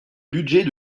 budget